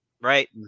right